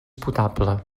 potable